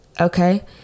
Okay